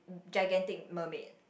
gigantic mermaid